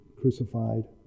crucified